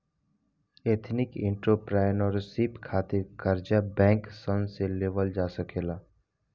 ethnic entrepreneurship खातिर कर्जा bank सन से लेवल जा सकेला